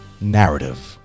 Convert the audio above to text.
narrative